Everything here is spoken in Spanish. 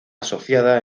asociada